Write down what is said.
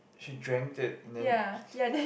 she drank it and then